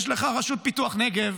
יש לך רשות פיתוח נגב,